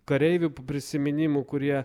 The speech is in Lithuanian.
kareivių prisiminimų kurie